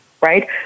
right